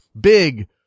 Big